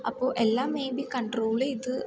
അപ്പോൾ എല്ലാം maybe control ചെയ്ത്